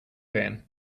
van